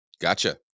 Gotcha